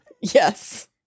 Yes